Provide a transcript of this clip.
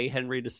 Henry